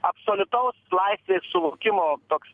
absoliutaus laisvės suvokimo toks